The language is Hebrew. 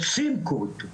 רוצים כור היתוך,